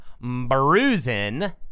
bruising